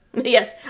Yes